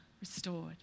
restored